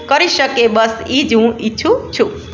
કરી શકે બસ એ જ હું ઈચ્છું છું